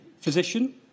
physician